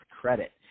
Credit